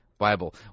bible